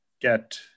get